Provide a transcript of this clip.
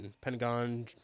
pentagon